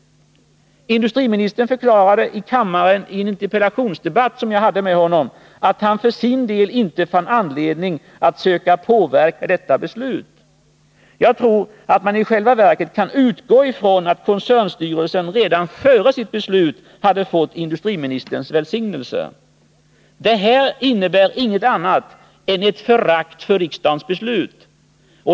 Industriministern förklarade i en interpellationsdebatt som jag hade med honom här i kammaren att han för sin del inte fann anledning att söka påverka detta beslut. Jag tror att man i själva verket kan utgå från att koncernstyrelsen redan före sitt beslut hade fått industriministerns välsignelse. Det här innebär inget annat än ett förakt för riksdagens beslut.